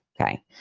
okay